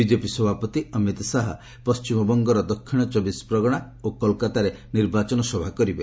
BJP ସଭାପତି ଅମିତ ଶାହା ପଶ୍ଚିମବଙ୍ଗର ଦକ୍ଷିଣ ଚବିଶ ପ୍ରଗଣା ଓ କୋଲକାତାରେ ନିର୍ବାଚନ ସଭା କରିବେ